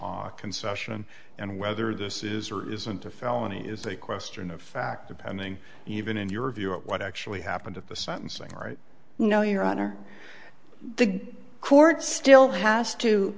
factual concession and whether this is or isn't a felony is a question of fact depending even in your view of what actually happened at the sentencing right no your honor the court still has to